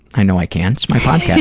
i know i can. it's my podcast.